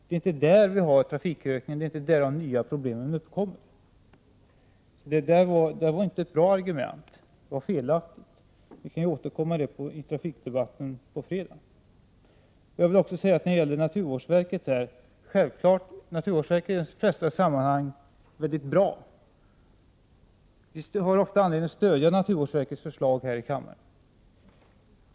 Det är inte där trafikökningen sker och de nya problemen uppkommer. Detta var inte något bra argument. Det var ett felaktigt argument. Vi kan återkomma till detta i trafikdebatten här i kammaren på fredag. Naturvårdsverket är i de flesta sammanhang mycket bra. Vi har ofta anledning att stödja naturvårdsverkets förslag här i kammaren.